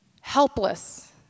helpless